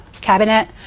cabinet